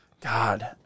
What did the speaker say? God